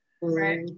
right